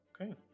Okay